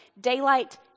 daylight